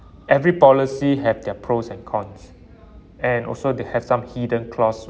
every policy have their pros and cons and also they have some hidden clause